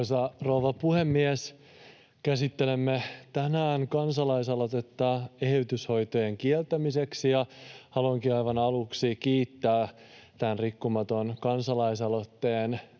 Arvoisa rouva puhemies! Käsittelemme tänään kansalaisaloitetta eheytyshoitojen kieltämiseksi. Haluankin aivan aluksi kiittää tämän Rikkomaton-kansalaisaloitteen